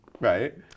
Right